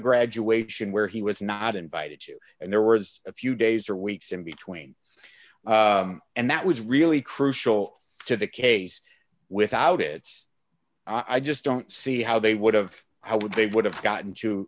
graduation where he was not invited to and there was a few days or weeks in between and that was really crucial to the case without it i just don't see how they would have i would they would have gotten to